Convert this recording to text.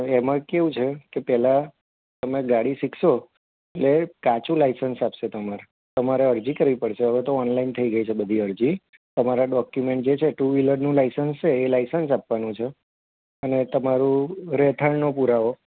એમાં કેવું છે કે પહેલાં તમે ગાડી શીખશો એટલે કાચું લાઇસન્સ આપશે તમારે તમારે અરજી કરવી પડશે હવે તો ઓનલાઈન થઈ ગઈ છે બધી અરજી તમારા ડોક્યુમેન્ટ જે છે ટુ વ્હિલરનું લાઇસન્સ છે એ લાઇસન્સ આપવાનું છે અને તમારું રહેઠાણનો પુરાવો